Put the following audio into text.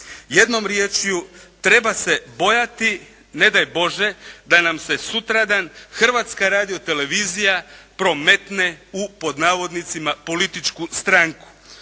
Jednom riječju treba se bojati ne daj Bože da nam se sutradan Hrvatska radiotelevizija prometne, u pod navodnicima "političku stranku".